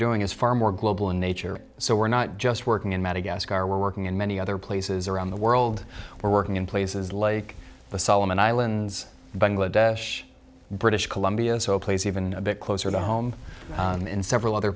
doing is far more global in nature so we're not just working in madagascar we're working in many other places around the world we're working in places like the solomon islands bangladesh british columbia so place even a bit closer to home in several other